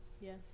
Yes